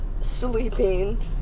Sleeping